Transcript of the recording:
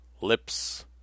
Lips